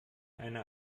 eine